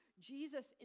Jesus